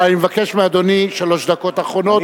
אבל אני אבקש מאדוני שלוש דקות אחרונות,